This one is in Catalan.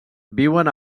viuen